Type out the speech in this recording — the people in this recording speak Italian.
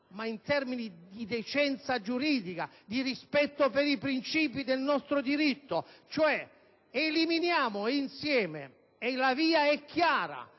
ma in termini di decenza giuridica, di rispetto per i principi del nostro diritto. Eliminiamo insieme - e la via è chiara